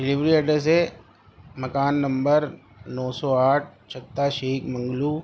delivery address ہے مکان number نو سو آٹھ چھتہ شیخ منگلو